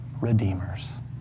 redeemers